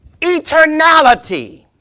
eternality